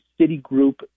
Citigroup